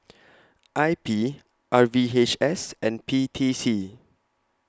I P R V H S and P T C